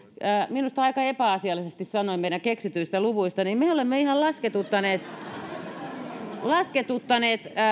minusta aika epäasiallisesti sanoi meidän keksityistä luvuista niin me me olemme ihan lasketuttaneet